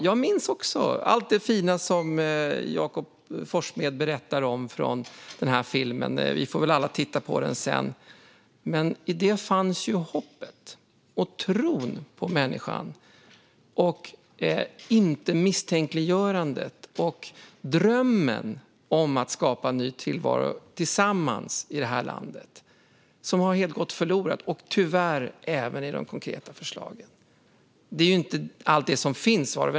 Jag minns också allt det fina som Jakob Forssmed berättar om från filmen. Vi får väl alla titta på den sedan. Men här fanns ju hoppet och tron på människan, inte misstänkliggörandet. Här fanns drömmen om att skapa en ny tillvaro tillsammans i det här landet, en dröm som helt har gått förlorad - tyvärr även i de konkreta förslagen. Det handlar inte om allt.